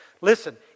Listen